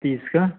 तीस का